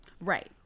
Right